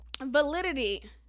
validity